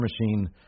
Machine